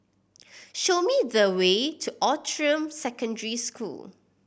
show me the way to Outram Secondary School